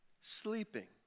sleeping